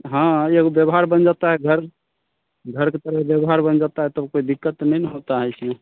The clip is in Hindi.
हाँ एगो व्यवहार बन जाता है घर घर के तरह व्यवहार बन जाता है तब कोई दिक्कत नहीं न होता है ऐसी